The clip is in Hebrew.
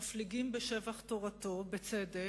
ומפליגים בשבח תורתו, בצדק,